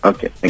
Okay